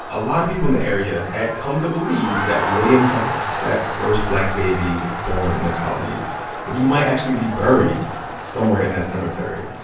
a lot of people in the area had come to believe that william tucker, that first black baby born in the colonies that he might actually be buried somewhere in that cemetery.